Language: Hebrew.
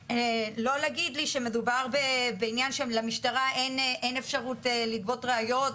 ואל תגידו לי שלמשטרה אין אפשרות לגבות ראיות,